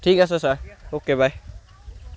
ঠিক আছে sir okay বাই